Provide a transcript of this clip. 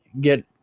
get